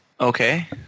Okay